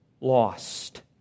Lost